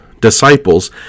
disciples